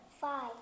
Five